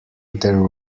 there